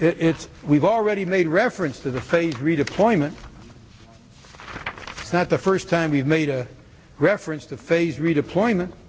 arise it's we've already made reference to the phased redeployment that the first time we've made a reference to phased redeployment